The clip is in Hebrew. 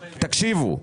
תקשיבו.